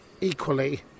equally